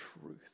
truth